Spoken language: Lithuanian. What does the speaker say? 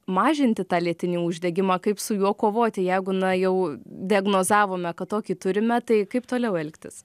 mažinti tą lėtinį uždegimą kaip su juo kovoti jeigu na jau diagnozavome kad tokį turime tai kaip toliau elgtis